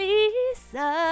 Lisa